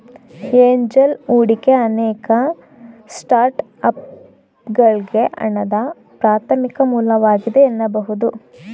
angel ಹೂಡಿಕೆ ಅನೇಕ ಸ್ಟಾರ್ಟ್ಅಪ್ಗಳ್ಗೆ ಹಣದ ಪ್ರಾಥಮಿಕ ಮೂಲವಾಗಿದೆ ಎನ್ನಬಹುದು